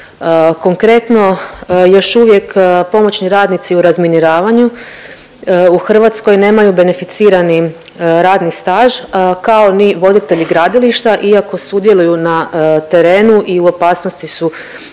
Konkretno, još uvijek pomoćni radnici u razminiravanju u Hrvatskoj nemaju beneficirani radni staž kao ni voditelji gradilišta iako sudjeluju na terenu i u opasnosti su